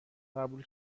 قبول